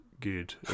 Good